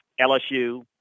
LSU